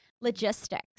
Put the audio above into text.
logistics